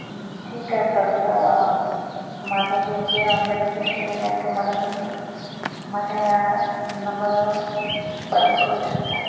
ठीक आहे सर तर माझं जे जे ऑनलाईन पेड केलेलं आहे ते मला तुम्ही माझ्या या नंबरवर परत करू शकता